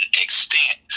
extent